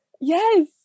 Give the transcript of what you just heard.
Yes